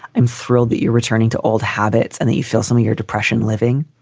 i'm thrilled that you're returning to old habits and that you feel something, your depression, living,